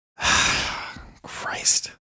Christ